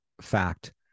Fact